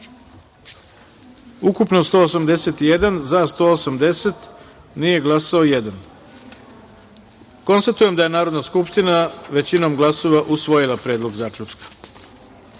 ukupno 181, za – 180, nije glasao – jedan. Konstatujem da je Narodna skupština većinom glasova usvojila Predlog zaključka. Dame